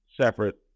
separate